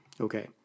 Okay